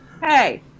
Hey